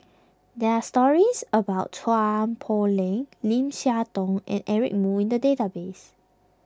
there are stories about Chua Poh Leng Lim Siah Tong and Eric Moo in the database